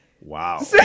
Wow